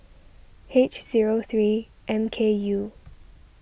H zero three M K U